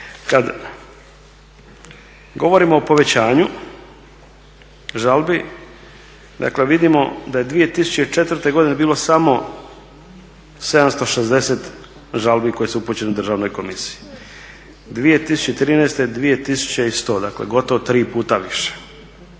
Kad govorimo o povećanju žalbi, dakle vidimo da je 2004. godine bilo samo 760 žalbi koje su … državnoj komisiji. 2013. 2100, dakle gotovo 3 puta više.